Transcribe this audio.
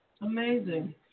Amazing